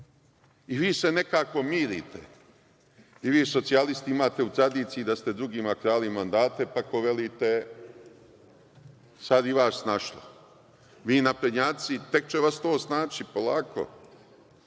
I vi se nekako mirite i vi, socijalisti imate u tradiciji da ste drugima krali mandate, pa ako velite sada i vas snašlo. Vi, naprednjaci tek će vas to snaći polako.